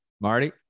Marty